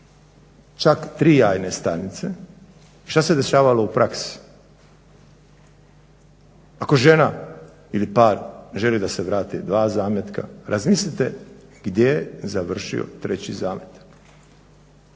čak 3 jajne stanice. Šta se dešavalo u praksi? Ako žena ili par želi da se vrate 2 zametka, razmislite gdje je završio 3 zametak,